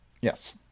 yes